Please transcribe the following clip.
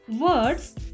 words